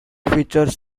features